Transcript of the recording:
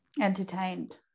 Entertained